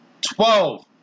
Twelve